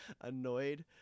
annoyed